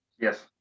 Yes